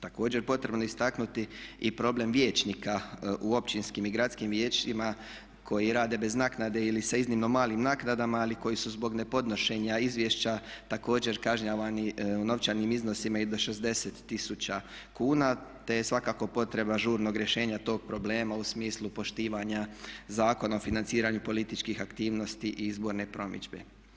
Također je potrebno istaknuti i problem vijećnika u općinskim i gradskim vijećima koji rade bez naknade ili sa iznimno malim naknadama koji su zbog nepodnošenja izvješća također kažnjavani novčanim iznosima i do 60 tisuća kuna te je svakako potreba žurnog rješenja tog problema u smislu poštivanja Zakona o financiranju političkih aktivnosti i izborne promidžbe.